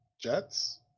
jets